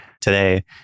today